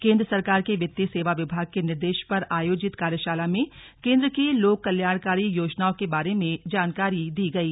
केंद्र सरकार के वित्तीय सेवा विभाग के निर्देश पर आयोजित कार्यशाला में केंद्र की लोक कल्याणकारी योजनाओं के बारे में जानकारी दी गई